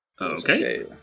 Okay